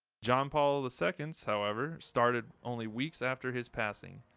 john paul the second's however, started only weeks after his passing.